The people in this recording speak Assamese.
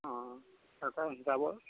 অ যাব